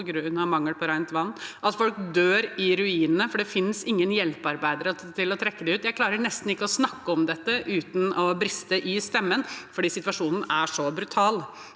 på grunn av mangel på rent vann, og at folk dør i ruinene, for det finnes ingen hjelpearbeidere til å trekke dem ut. Jeg klarer nesten ikke å snakke om dette uten at stemmen brister, for situasjonen er så brutal.